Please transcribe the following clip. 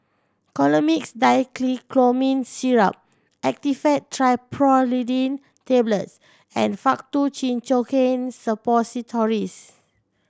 Colimix Dicyclomine Syrup Actifed Triprolidine Tablets and Faktu Cinchocaine Suppositories